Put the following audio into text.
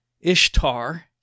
Ishtar